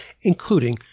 including